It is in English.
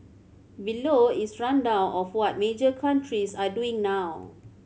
below is rundown of what major countries are doing now